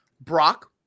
Brock